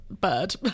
bird